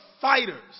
fighters